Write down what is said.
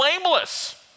blameless